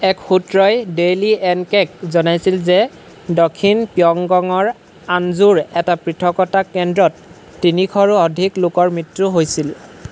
এক সূত্ৰই Daily N K ক জনাইছিল যে দক্ষিণ পিয়ংগঙৰ আঞ্জুৰ এটা পৃথকতা কেন্দ্ৰত তিনিশৰো অধিক লোকৰ মৃত্যু হৈছিল